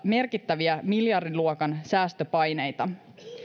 merkittäviä miljardiluokan säästöpaineita